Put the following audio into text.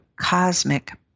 cosmic